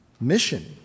mission